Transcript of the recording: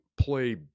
play